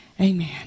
Amen